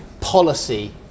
policy